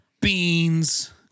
beans